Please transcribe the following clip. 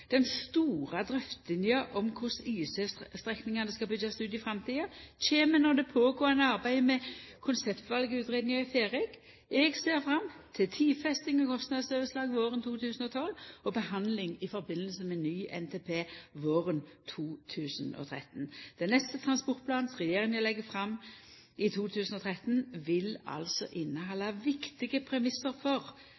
Den store drøftinga om korleis intercitystrekningane skal byggjast ut i framtida, kjem når det pågåande arbeidet med konseptvalutgreiinga er ferdig. Eg ser fram til tidfesting og kostnadsoverslag våren 2012 og behandling i forbindelse med ny NTP våren 2013. Den neste transportplanen som regjeringa legg fram i 2013, vil altså